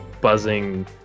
buzzing